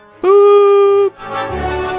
Boop